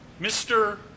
Mr